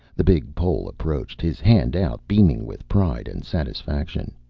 the big pole approached, his hand out, beaming with pride and satisfaction.